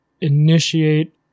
Initiate